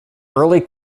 early